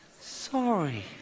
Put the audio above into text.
sorry